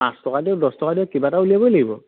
পাঁচ টকা দিয়ক দহ টকা দিয়ক কিবা এটা উলিয়াবই লাগিব